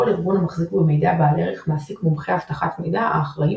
כל ארגון המחזיק במידע בעל ערך מעסיק מומחי אבטחת מידע האחראים